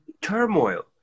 turmoil